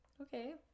Okay